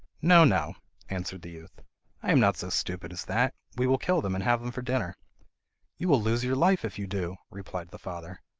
no, no answered the youth i am not so stupid as that! we will kill them and have them for dinner you will lose your life if you do replied the father.